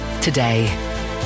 today